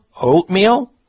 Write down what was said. oatmeal